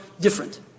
different